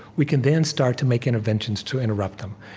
we can then start to make interventions to interrupt them.